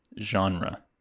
genre